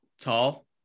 tall